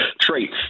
Traits